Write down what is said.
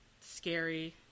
scary